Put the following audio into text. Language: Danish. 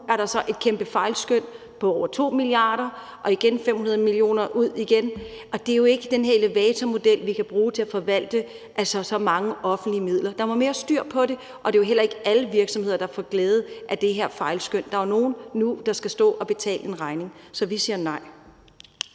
nu er der så et kæmpe fejlskøn på over 2 mia. kr., og igen kommer der 500 mio. kr. ud igen, og det er jo ikke den her elevatormodel, vi kan bruge til at forvalte så mange offentlige midler. Der må mere styr på det, og det er jo heller ikke alle virksomheder, der får glæde af det her fejlskøn, for der er nogle, der nu skal betale en regning. Så vi siger nej.